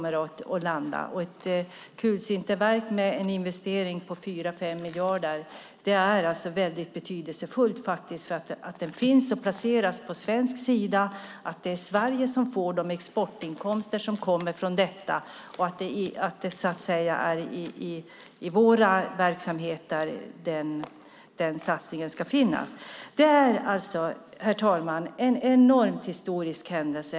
Ett kulsinterverk, en investering på 4-5 miljarder, är betydelsefullt. Det är viktigt att det placeras på svensk sida, att det är Sverige som får de exportinkomster som detta ger och att det så att säga är hos oss som den satsningen finns. Det är alltså, herr talman, en enorm historisk händelse.